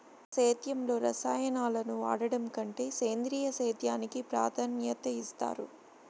సేద్యంలో రసాయనాలను వాడడం కంటే సేంద్రియ సేద్యానికి ప్రాధాన్యత ఇస్తారు